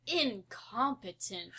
incompetent